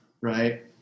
right